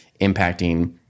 impacting